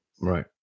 right